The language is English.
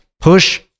push